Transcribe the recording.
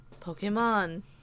Pokemon